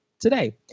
Today